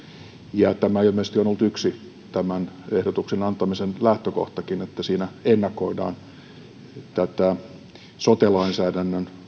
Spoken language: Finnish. ja tämä ilmeisesti on ollut yksi tämän ehdotuksen antamisen lähtökohtakin että siinä ennakoidaan tätä sote lainsäädännön